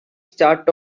start